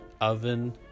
oven